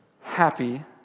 happy